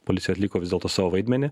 policija atliko vis dėlto savo vaidmenį